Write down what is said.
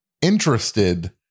interested